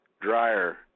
dryer